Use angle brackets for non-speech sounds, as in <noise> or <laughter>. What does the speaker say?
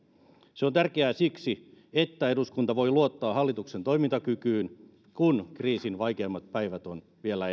se on tärkeää siksi että eduskunta voi luottaa hallituksen toimintakykyyn kun kriisin vaikeammat päivät ovat vielä <unintelligible>